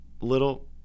little